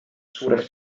suures